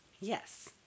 Yes